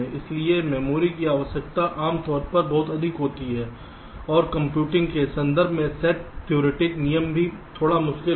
इसलिए मेमोरी की आवश्यकताएं आम तौर पर बहुत अधिक होती हैं और कंप्यूटिंग के संदर्भ में सेट थ्योरिटिक नियम भी थोड़ा मुश्किल होता है